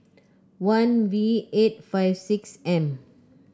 one V eight five six M